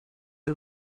der